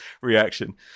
reaction